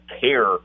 care